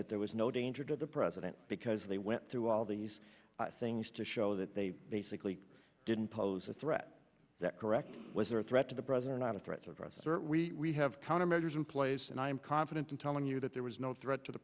that there was no danger to the president because they went through all these things to show that they basically didn't pose a threat that correct was there a threat to the president not a threat of us or we have countermeasures in place and i'm confident in telling you that there was no threat to the